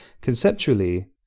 Conceptually